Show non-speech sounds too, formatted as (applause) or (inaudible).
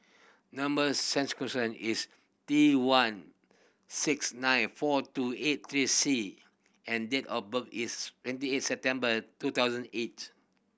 number (unintelligible) is T one six nine four two eight three C and date of birth is twenty eight September two thousand eight